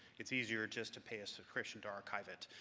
it's easier just to pay a subscription to archive it.